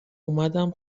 اومدم